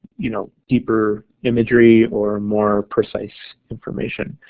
you know, deeper imagery or more precise information.